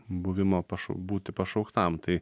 buvimo pašau būti pašauktam tai